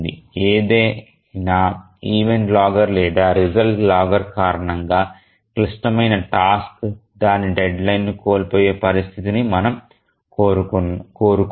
ఏదైనా event logger లేదా result logger కారణంగా క్లిష్టమైన టాస్క్ దాని డెడ్లైన్ కోల్పోయే పరిస్థితిని మనము కోరుకోము